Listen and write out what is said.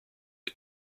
the